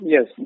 Yes